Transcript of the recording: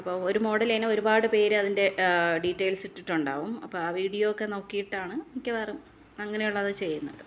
ഇപ്പം ഒരു മോഡലന്നെ ഒരുപാട് പേര് അതിൻ്റെ ഡീറ്റേല്സ് ഇട്ടിട്ടുണ്ടാകും അപ്പം ആ വിഡിയോ ഒക്കെ നോക്കിയിട്ടാണ് മിക്കവാറും അങ്ങനെയുള്ളത് ചെയ്യുന്നത്